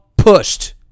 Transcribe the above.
pushed